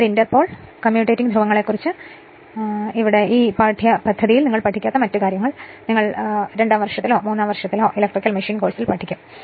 ഈ interpole ഈ commutating ധ്രുവങ്ങളെ കുറിച്ച് ഈ പാഠ്യപദ്ധതതിയിൽ നിങ്ങൾ പഠിക്കാത്ത മറ്റ് കാര്യങ്ങൾ നിങ്ങൾ രണ്ടാം വർഷത്തിലോ മൂന്നാം വർഷത്തിലോ ഇലക്ട്രിക്കൽ മെഷീൻ കോഴ്സിൽ പഠിക്കും